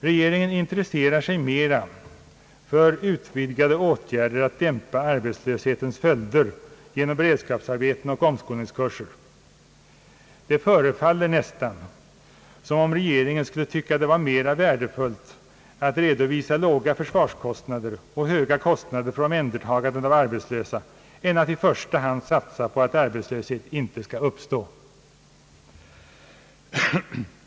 Regeringen intresserar sig mera för utvidgade åtgärder att dämpa arbetslöshetens följder genom beredskapsarbete och omskolningskurser. Det förefaller nästan som om regeringen skulle tycka det vara mera värdefullt att redovisa låga försvarskostnader och höga kostnader för omhändertagande av ar betslösa än att i första hand satsa på att arbetslöshet icke skall uppstå.